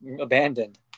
abandoned